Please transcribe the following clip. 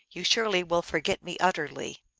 you surely will forget me ut terly.